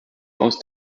aus